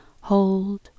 hold